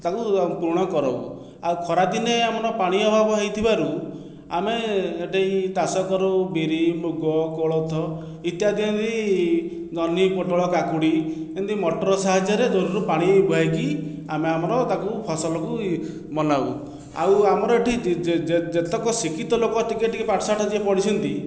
ତାକୁ ଆମେ ପୂରଣ କରୁ ଆଉ ଖରାଦିନେ ଆମର ପାଣି ଅଭାବ ହୋଇଥିବାରୁ ଆମେ ଏଠି ଚାଷ କରୁ ବିରି ମୁଗ କୋଳଥ ଇତ୍ୟାଦି ଏମିତି ଜହ୍ନି ପୋଟଳ କାକୁଡି ଏମିତି ମଟର ସାହାଯ୍ୟରେ ଦୂରରୁ ପାଣି ବୁହାଇକି ଆମେ ଆମର ତାକୁ ଫସଲକୁ ବନାଉ ଆଉ ଆମର ଏଠି ଯେତକ ଶିକ୍ଷିତ ଲୋକ ଟିକିଏ ଟିକିଏ ପାଠଶାଠ ଯିଏ ପଢ଼ିଛନ୍ତି